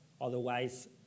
Otherwise